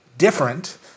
Different